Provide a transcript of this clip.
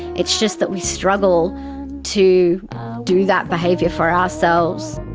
it's just that we struggle to do that behaviour for ourselves.